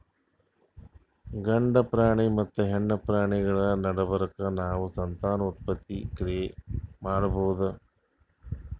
ಗಂಡ ಪ್ರಾಣಿ ಮತ್ತ್ ಹೆಣ್ಣ್ ಪ್ರಾಣಿಗಳ್ ನಡಬರ್ಕ್ ನಾವ್ ಸಂತಾನೋತ್ಪತ್ತಿ ಕ್ರಿಯೆ ಮಾಡಬಹುದ್